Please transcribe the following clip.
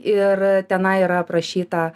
ir e tenai yra aprašyta